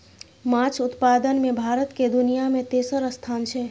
माछ उत्पादन मे भारत के दुनिया मे तेसर स्थान छै